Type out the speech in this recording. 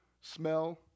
smell